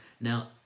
Now